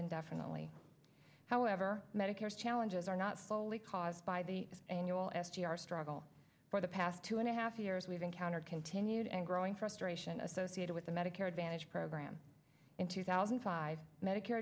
indefinitely however medicare's challenges are not fully caused by the annual s g r struggle for the past two and a half years we've encountered continued and growing frustration associated with the medicare advantage program in two thousand five medicare